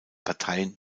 parteien